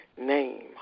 name